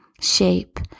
shape